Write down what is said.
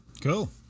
Cool